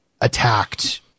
attacked